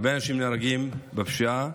הרבה אנשים נהרגים מהפשיעה,